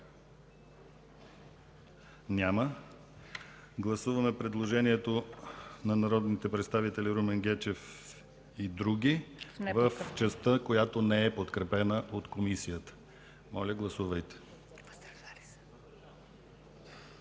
Няма. Гласуваме предложението на народния представител Румен Гечев и други в частта, която не е подкрепена от Комисията. Гласували